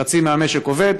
חצי מהמשק עובד,